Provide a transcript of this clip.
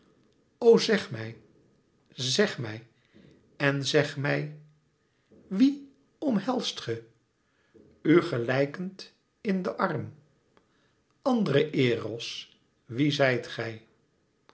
o zeg mij zeg mij en zeg mij wie omhelst ge u gelijkend in d arm andere eros wie zijt gij